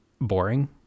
boring